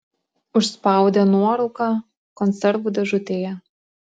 užspaudė nuorūką konservų dėžutėje